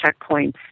checkpoints